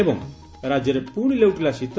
ଏବଂ ରାଜ୍ୟରେ ପୁଣି ଲେଉଟିଲା ଶୀତ